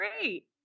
great